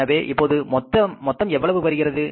எனவே இப்போது மொத்தம் எவ்வளவு வருகின்றது